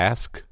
Ask